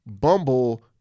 Bumble